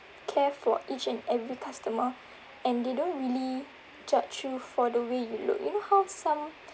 care for each and every customer and they don't really judge you for the way you look you know how some